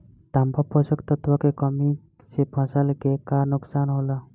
तांबा पोषक तत्व के कमी से फसल के का नुकसान होला?